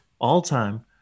all-time